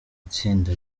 itsinda